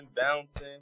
bouncing